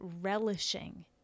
relishing